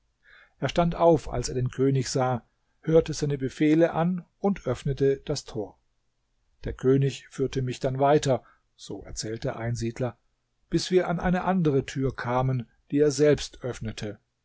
er stand auf als er den könig sah hörte seine befehle an und öffnete das tor der könig führte mich dann weiter so erzählt der einsiedler bis wir an eine andere tür kamen die er selbst öffnete